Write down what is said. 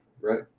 right